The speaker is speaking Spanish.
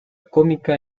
cómica